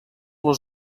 les